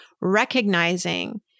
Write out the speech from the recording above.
recognizing